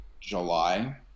july